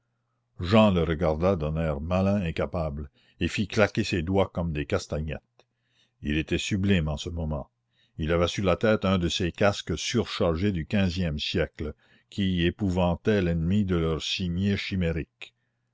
jehan le regarda d'un air malin et capable et fit claquer ses doigts comme des castagnettes il était sublime en ce moment il avait sur la tête un de ces casques surchargés du quinzième siècle qui épouvantaient l'ennemi de leurs cimiers chimériques